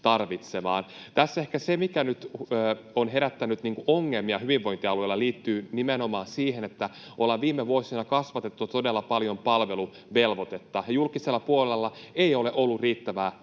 Tässä ehkä se, mikä nyt on herättänyt ongelmia hyvinvointialueilla, liittyy nimenomaan siihen, että ollaan viime vuosina kasvatettu todella paljon palveluvelvoitetta ja julkisella puolella ei ole ollut riittävää